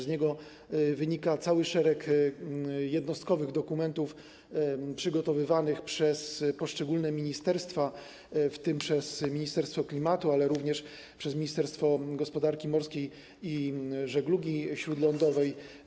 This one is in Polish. Z niego wynika cały szereg jednostkowych dokumentów przygotowywanych przez poszczególne ministerstwa, w tym przez Ministerstwo Klimatu, ale również przez Ministerstwo Gospodarki Morskiej i Żeglugi Śródlądowej.